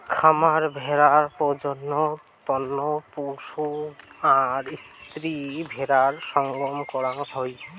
খামার ভেড়ার প্রজনন তন্ন পুরুষ আর স্ত্রী ভেড়ার সঙ্গম করাং হই